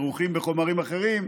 מרוחים בחומרים אחרים,